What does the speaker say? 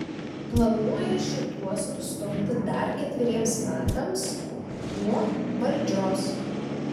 planuoja šituos nustumti dar ketveriems metams nuo valdžios